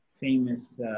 famous